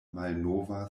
malnova